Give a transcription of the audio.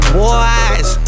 boys